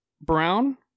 Brown